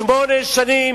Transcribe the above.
שמונה שנים